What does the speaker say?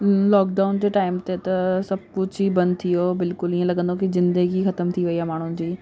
lockdown जे time ते त सभु कुझु ई बंदि थी वियो बिल्कुलु ईअं लॻंदो की ज़िंदगी ख़तमु थी वई आहे माण्हुनि जी